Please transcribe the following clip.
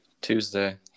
Tuesday